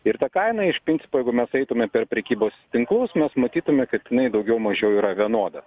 ir ta kaina iš principo jeigu mes eitume per prekybos tinklus mes matytume kad jinai daugiau mažiau yra vienoda